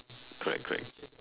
correct correct